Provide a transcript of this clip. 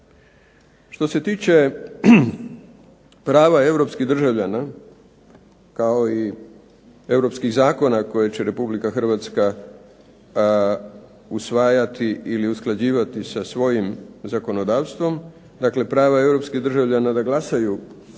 Što se tiče prava europskih državljana, kao i europskih zakona koje će Republika Hrvatska usvajati ili usklađivati sa svojim zakonodavstvom, dakle prava europskih državljana da glasaju na